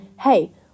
hey